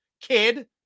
kid